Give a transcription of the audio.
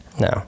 No